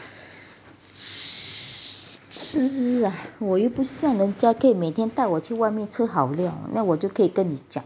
吃啊我又不像人家可以每天带我去外面吃好料那我就可以跟你讲